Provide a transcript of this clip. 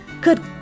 Good